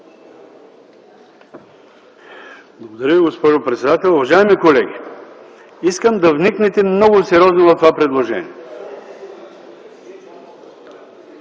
Благодаря Ви, госпожо председател. Уважаеми колеги, искам да вникнете много сериозно в това предложение.